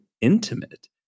intimate